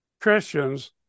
Christians